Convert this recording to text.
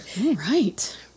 Right